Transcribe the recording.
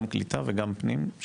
גם קליטה וגם פנים,